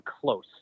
close